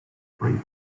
breed